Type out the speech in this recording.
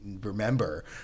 remember